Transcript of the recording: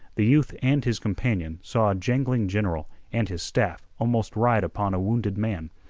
the youth and his companion saw a jangling general and his staff almost ride upon a wounded man,